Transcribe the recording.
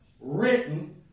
written